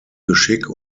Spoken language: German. geschick